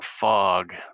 fog